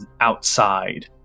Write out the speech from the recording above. outside